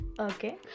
okay